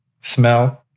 smell